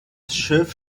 schiff